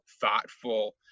thoughtful